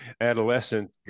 adolescent